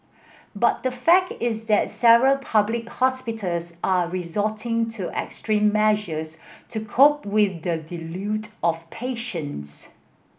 but the fact is that several public hospitals are resorting to extreme measures to cope with the of patients